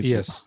Yes